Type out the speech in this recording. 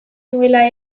nuela